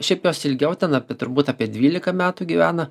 šiaip jos ilgiau ten apie turbūt apie dvylika metų gyvena